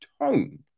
tone